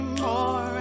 more